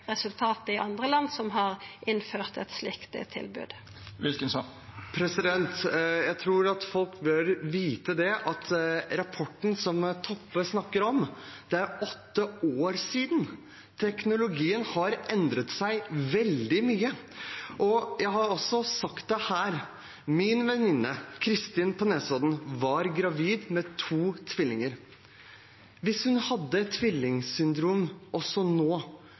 resultatet i andre land som har innført eit slikt tilbod? Jeg tror folk bør vite at rapporten som Toppe snakker om, er fra åtte år tilbake. Teknologien har endret seg veldig mye. Jeg har også sagt det her: Min venninne, Christin på Nesodden, var gravid med to tvillinger. Hvis hun hadde tvilling-transfusjonssyndrom også nå,